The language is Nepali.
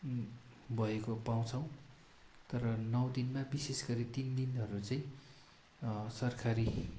भएको पाउँछौँ तर नौ दिनमा विशेष गरी तिन दिनहरू चाहिँ सरकारी